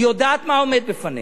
היא יודעת מה עומד בפנינו.